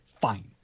fine